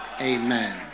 Amen